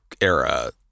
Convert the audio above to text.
era